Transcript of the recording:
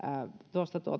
tuosta